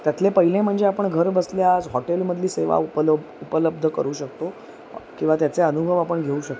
त्यातले पहिले म्हणजे आपण घर बसल्या आज हॉटेलमधली सेवा उपलो उपलब्ध करू शकतो किंवा त्याचे अनुभव आपण घेऊ शकतो